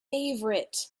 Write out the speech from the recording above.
favorite